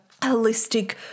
holistic